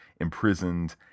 imprisoned